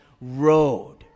road